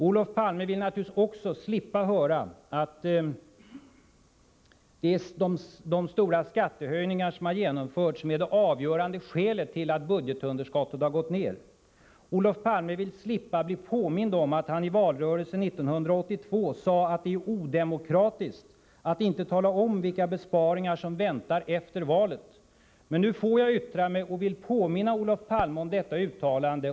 Olof Palme vill naturligtvis också slippa höra att de stora skattehöjningar som har genomförts är det avgörande skälet till att budgetunderskottet har gått ned. Olof Palme vill slippa bli påmind om att han i valrörelsen 1982 sade att det är odemokratiskt att inte tala om vilka besparingar som väntar efter valet. Men nu får jag yttra mig, och jag vill påminna Olof Palme om detta uttalande.